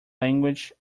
language